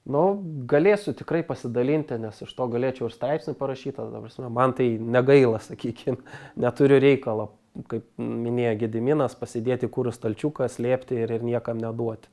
nu galėsiu tikrai pasidalinti nes iš to galėčiau ir straipsnį parašyt ta prasme man tai negaila sakykim neturiu reikalo kaip minėjo gediminas pasidėti kur į stalčiuką slėpti ir ir niekam neduoti